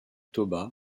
toba